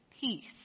peace